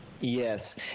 Yes